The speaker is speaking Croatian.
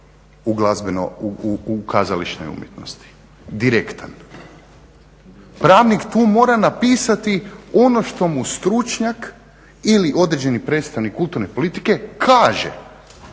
u kazališnoj umjetnosti, direktan. Pravnik tu mora napisati ono što mu stručnjak ili određeni predstavnik kuluturne politike kaže.